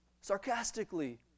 sarcastically